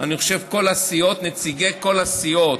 אני חושב, על ידי נציגי כל הסיעות: